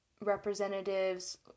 representatives